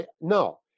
No